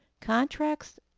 contracts